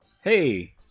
Hey